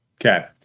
Okay